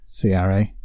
CRA